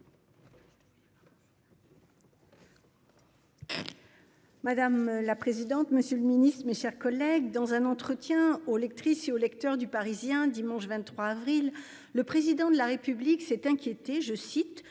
Madame la présidente. Monsieur le Ministre, mes chers collègues. Dans un entretien aux lectrices et aux Lecteurs du Parisien dimanche 23 avril, le président de la République s'est inquiétée je cite